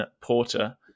Porter